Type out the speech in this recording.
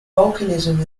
volcanism